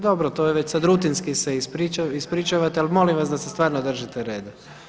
Dobro, to je već sad rutinski se ispričavate ali molim vas da se stvarno držite reda.